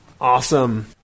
Awesome